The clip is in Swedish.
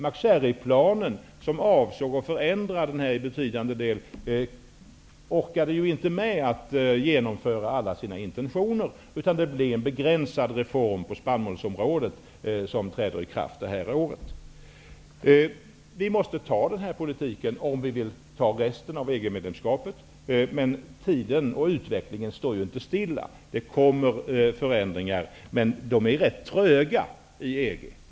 MacSharry-planen, som avsåg att förändra i betydande del, klarade ju inte att genomföra alla sina intentioner, utan det blev en begränsad reform på spannmålsområdet som träder i kraft i år. Vi måste anta den här politiken om vi vill anta resten av EG-medlemskapet, men tiden och utvecklingen står ju inte stilla. Det kommer förändringar, men de är ganska tröga i EG.